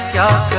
da